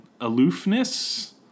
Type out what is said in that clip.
aloofness